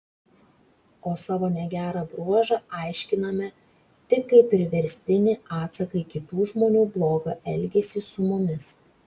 o savo negerą bruožą aiškiname tik kaip priverstinį atsaką į kitų žmonių blogą elgesį su mumis